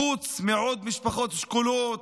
חוץ מעוד משפחות שכולות,